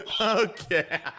Okay